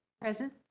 Present